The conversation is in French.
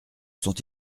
sont